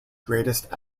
greatest